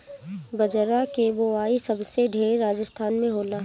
बजरा के बोआई सबसे ढेर राजस्थान में होला